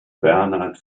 bernhard